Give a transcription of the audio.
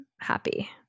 happy